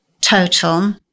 total